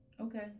Okay